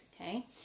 okay